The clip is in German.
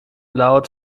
laut